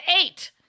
eight